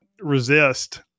resist